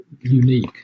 unique